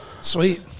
Sweet